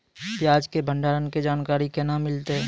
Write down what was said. प्याज के भंडारण के जानकारी केना मिलतै?